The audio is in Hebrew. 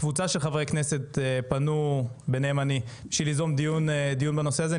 קבוצה של חברי כנסת פנו בניהם אני בשביל ליזום דיון בנושא הזה,